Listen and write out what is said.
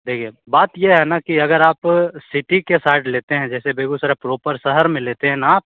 देखिए बात यह है ना कि अगर आप सिटी के साइड लेते हैं जैसे बेगूसराय प्रॉपर शहर में लेते हैं ना आप